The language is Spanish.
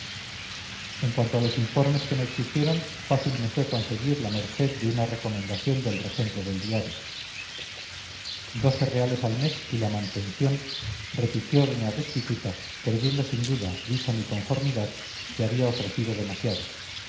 en cuanto a los informes que me exigieron fácil me fue conseguir la merced de una recomendación del regente del diario doce reales al mes y la mantención repitió doña restituta creyendo sin duda vista mi conformidad que había ofrecido demasiado